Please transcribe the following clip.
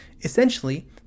Essentially